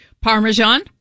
parmesan